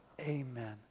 Amen